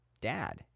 dad